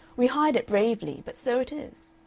we hide it bravely, but so it is.